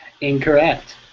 Incorrect